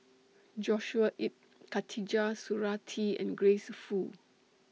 Joshua Ip Khatijah Surattee and Grace Fu